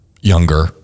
younger